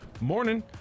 Morning